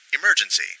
emergency